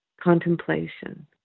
contemplation